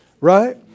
right